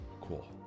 Cool